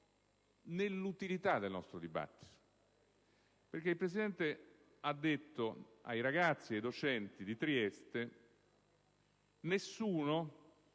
dell'utilità del nostro dibattito. Il Presidente ha detto ai ragazzi e ai docenti di Trieste: «Nessuno,